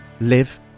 live